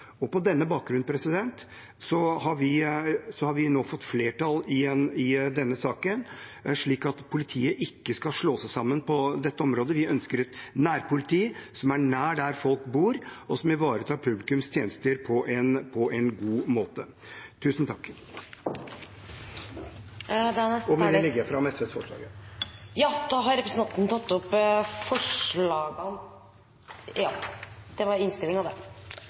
På denne bakgrunn har vi nå fått flertall i denne saken, slik at politiet ikke skal slå seg sammen på dette området. Vi ønsker et nærpoliti som er nær der folk bor, og som ivaretar publikums tjenester på en god måte. Stortingssalen er en sal med helt fantastiske muligheter. Her kan vi vedta nesten alt, om hva som helst. Det